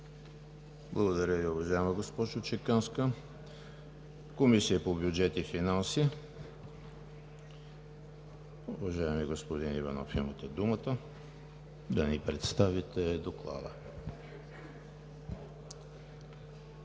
Благодаря Ви, уважаема госпожо Чеканска. Доклад на Комисията по бюджет и финанси. Уважаеми господин Иванов, имате думата да ни представите Доклада.